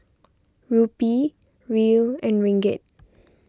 Rupee Riel and Ringgit